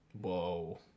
Whoa